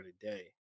today